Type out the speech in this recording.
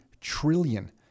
trillion